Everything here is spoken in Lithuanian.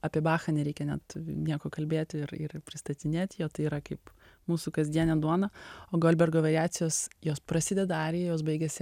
apie bachą nereikia net nieko kalbėti ir ir pristatinėt jo tai yra kaip mūsų kasdienė duona o goldbergo variacijos jos prasideda arija jos baigiasi